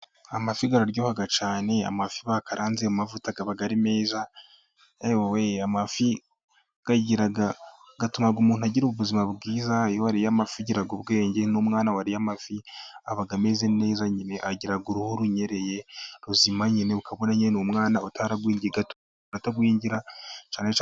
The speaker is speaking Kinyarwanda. Amafi araryoha cyane, amafi bakaranze mu mavuta aba ari meza, ewewe! Amafi atumaga umuntu agira ubuzima bwiza, iyo wariye amafi ugira ubwenge, n'umwana wariye amafi aba ameze neza nyine, agira uruhu runyereye, ruzima nyine ukabona nyinye ni umwana utaragwiye, atuma atagwingira.....